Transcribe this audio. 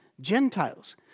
Gentiles